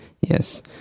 yes